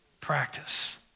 practice